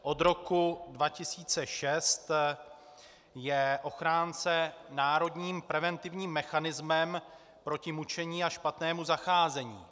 Od roku 2006 je ochránce národním preventivním mechanismem proti mučení a špatnému zacházení.